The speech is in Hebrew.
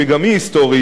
שגם היא היסטורית,